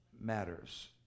Matters